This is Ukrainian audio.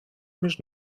між